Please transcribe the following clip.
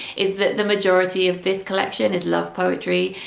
is that the majority of this collection is love poetry.